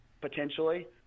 potentially